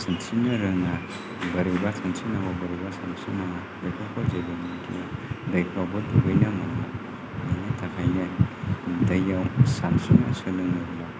सानस्रिनो रोङा बोरैबा सानस्रि नांगौ बोरैबा सानस्रि नाङा बेफोरखौ जेबो मिन्थिया दैयावबो दुगैनो मोनैनि थाखायनो दैयाव सानस्रिनो सोलोङोब्ला